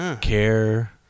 care